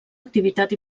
activitat